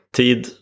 tid